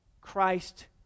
Christ